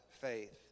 faith